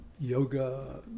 yoga